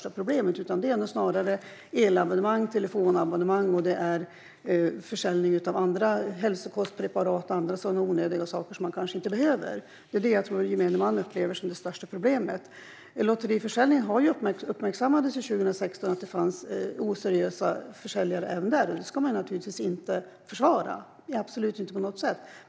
Snarare handlar det om elabonnemang, telefonabonnemang och försäljning av hälsokostpreparat och andra onödiga saker som man kanske inte behöver. Det upplever nog gemene man som det största problemet. Lotterförsäljning uppmärksammades 2016 då man såg att det fanns oseriösa försäljare även där. Det ska man absolut inte försvara.